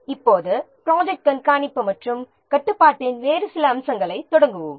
இப்போது ப்ராஜெக்ட் கண்காணிப்பு மற்றும் கட்டுப்பாட்டின் வேறு சில அம்சங்களைப் பற்றி விவாதிப்போம்